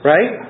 Right